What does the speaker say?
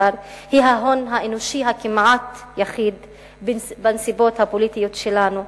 ההשכלה הגבוהה היא ההון האנושי הכמעט יחיד בנסיבות הפוליטיות שלנו,